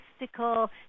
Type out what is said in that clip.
mystical